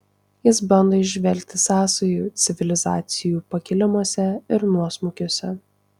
jis bando įžvelgti sąsajų civilizacijų pakilimuose ir nuosmukiuose